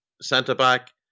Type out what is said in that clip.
centre-back